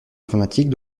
informatique